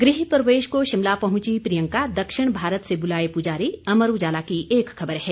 गृह प्रवेश को शिमला पहुंची प्रियंका दक्षिण भारत से बुलाए पुजारी अमर उजाला की एक खबर है